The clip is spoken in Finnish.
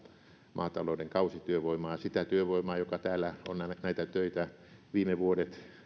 maatalouden kausityövoimaa sitä työvoimaa joka täällä on näitä näitä töitä viime vuodet